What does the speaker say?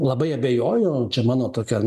labai abejoju čia mano tokia